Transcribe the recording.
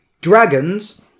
Dragons